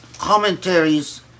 Commentaries